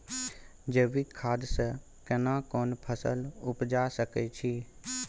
जैविक खाद से केना कोन फसल उपजा सकै छि?